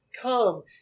come